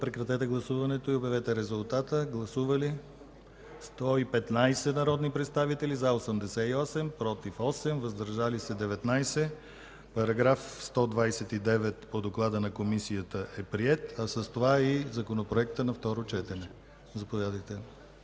§ 129 съгласно доклада на Комисията. Гласували 115 народни представители: за 88, против 8, въздържали се 19. Параграф 129 по доклада на Комисията е приет, а с това и Законопроектът на второ четене. Заповядайте.